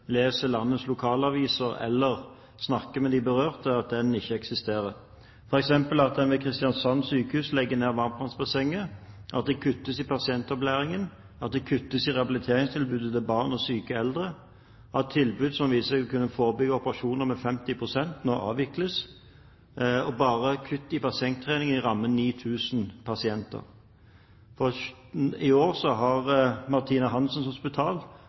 Kristiansand legger ned varmtvannsbassenget, at det kuttes i pasientopplæringen, at det kuttes i rehabiliteringstilbudet til barn og syke eldre, at tilbud som viser seg å kunne forebygge operasjoner med 50 pst., nå avvikles. Bare kutt i bassengtrening vil ramme 9 000 pasienter. I år har Martina Hansens Hospital fått redusert sine bevilgninger med 1,65 mill. kr. De avvikler bassengtrening og kutter i